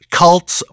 cults